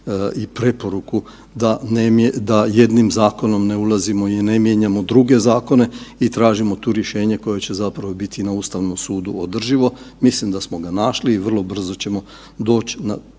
i preporuku da jednim zakonom ne ulazimo i ne mijenjamo druge zakone i tražimo tu rješenje koje će zapravo biti na Ustavnom sudu održivo. Mislim da smo ga našli i vrlo brzo ćemo doći